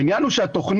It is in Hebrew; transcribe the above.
העניין הוא שהתוכנית